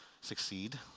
succeed